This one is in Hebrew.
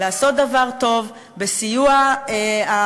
לעשות דבר טוב בסיוע הממשלה.